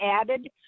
added